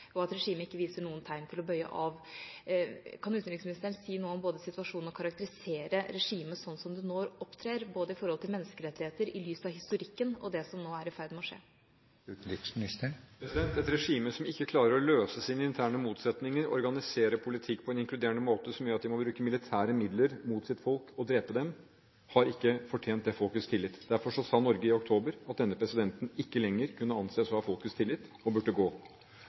og at regimet ikke viser noen tegn til å bøye av. Kan utenriksministeren både si noe om situasjonen og karakterisere regimet slik som det nå opptrer, både når det gjelder menneskerettigheter, i lys av historikken og med hensyn til det som nå er i ferd med å skje? Et regime som ikke klarer å løse sine interne motsetninger og organisere politikk på en inkluderende måte, og som må bruke militære midler mot sitt folk og drepe dem, har ikke fortjent folkets tillit. Derfor sa Norge i oktober at denne presidenten ikke lenger kunne anses å ha folkets tillit og burde gå.